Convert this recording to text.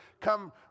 come